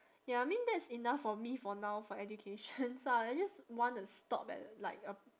ya I mean that's enough for me for now for education so I just want to stop at like a